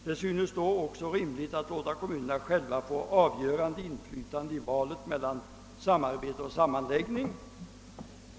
Det synes då också rimligt att låta kommunerna själva få avgörande inflytande i valet mellan samarbete och sammanläggning.